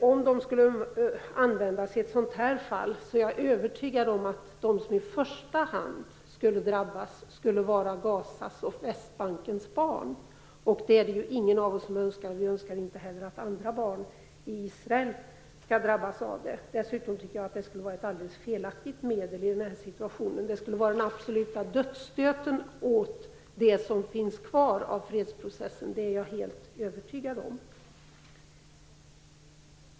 Om sanktioner skulle användas i det här fallet är jag övertygad om att de i första hand skulle drabba Gazas och Västbankens barn, och det är det ju ingen som önskar. Vi önskar ju inte heller att barn i Israel skall drabbas av sanktioner. Dessutom anser jag att sanktioner vore ett alldeles felaktigt medel i den här situationen. Det skulle vara den absoluta dödsstöten åt det som finns kvar av fredsprocessen, det är jag helt övertygad om.